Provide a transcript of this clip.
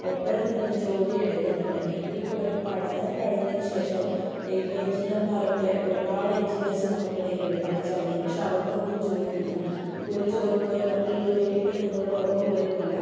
ഒപ്പരം നിന്ന് ജോലി എടുക്കുന്നുണ്ട് എങ്കിൽപോലും പഠനം കഴിഞ്ഞതിന് ശേഷം ഇപ്പം എഞ്ചിനീയർമാരൊക്കെ ഒരുപാട് എഞ്ചിനീയർസ് നമുക്കിടയിലുണ്ട് പഠിച്ചിറങ്ങിയ പക്ഷേ അവർക്കൊന്നും ജോലി ഇല്ല ഇപ്പം ഒരു ജോലി പോയാൽ മറ്റൊരു ജോലി കിട്ടും എന്നുള്ളോരു ഒറപ്പ് പോലും ഇല്ല